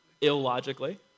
illogically